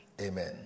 amen